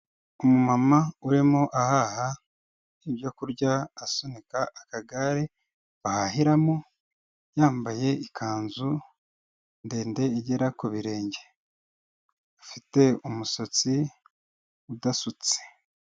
Umumama urimo ahaha ibyo kurya asunika akagare bahahiramo, yambaye ikanzu ndende igera ku birenge, afite umusatsi udasutse.